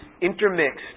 intermixed